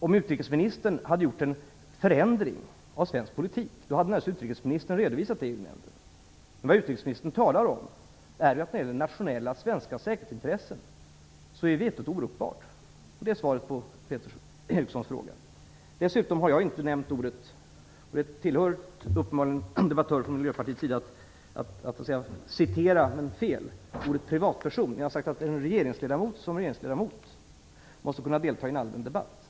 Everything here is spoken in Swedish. Om utrikesministern hade gjort en ändring i svensk politik, hade utrikesministern naturligtvis redovisat det i EU-nämnden. Vad utrikesministern talade om var att när de gäller de nationella svenska säkerhetsintressena är vetorätten orubbad. Det är svaret på Peter Erikssons fråga. Dessutom har jag inte använt ordet privatperson. Det är uppenbarligen typiskt för debattörerna från Miljöpartiet att citera fel. Jag har sagt att en regeringsledamot i egenskap av regeringsledamot måste kunna delta i en allmän debatt.